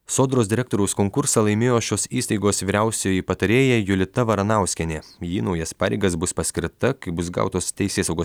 sodros direktoriaus konkursą laimėjo šios įstaigos vyriausioji patarėja julita varanauskienė ji į naujas pareigas bus paskirta kai bus gautos teisėsaugos